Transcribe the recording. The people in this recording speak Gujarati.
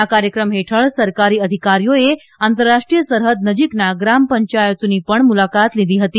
આ કાર્યક્રમ હેઠળ સરકારી અધિકારીઓએ આંતરરાષ્ટ્રીય સરહદ નજીકના ગ્રામ પંચાયતોની પણ મુલાકાત લીધી હતી